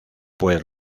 pues